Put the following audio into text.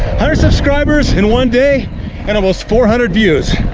hundred subscribers in one day and almost four hundred views.